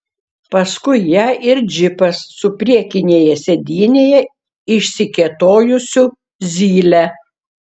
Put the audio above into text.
paskui ją ir džipas su priekinėje sėdynėje išsikėtojusiu zyle